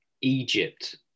Egypt